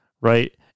right